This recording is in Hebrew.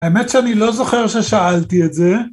האמת שאני לא זוכר ששאלתי את זה